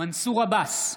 מנסור עבאס,